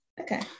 Okay